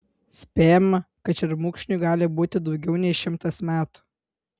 spėjama kad šermukšniui gali būti daugiau nei šimtas metų